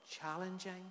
challenging